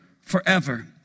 forever